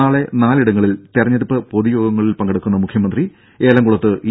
നാളെ നാലിടങ്ങളിൽ തെരഞ്ഞെടുപ്പ് പൊതുയോഗങ്ങളിൽ പങ്കെടുക്കുന്ന മുഖ്യമന്ത്രി ഏലംകുളത്ത് ഇ